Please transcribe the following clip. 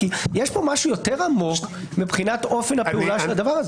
יש פה משהו יותר עמוק מבחינת אופן הפעולה של הדבר.